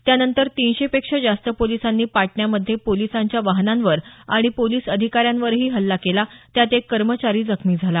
त्यानंतर तीनशेपेक्षा जास्त पोलिसांनी पाटण्यामध्ये पोलिसांच्या वाहनांवर आणि पोलीस अधिकाऱ्यांवरही हल्ला केला त्यात एक कर्मचारी जखमी झाला